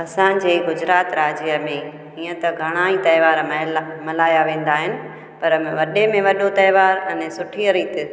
असांजे गुजरात राज्य में ईअं त घणा ई तहिंवार मल्हाया वेंदा आहिनि पर वॾे में वॾो तहिंवार अने सुठी रीति